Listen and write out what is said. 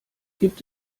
gibt